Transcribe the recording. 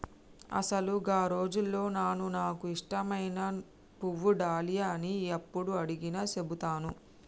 అసలు గా రోజుల్లో నాను నాకు ఇష్టమైన పువ్వు డాలియా అని యప్పుడు అడిగినా సెబుతాను